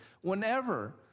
Whenever